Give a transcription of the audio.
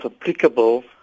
applicable